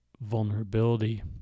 vulnerability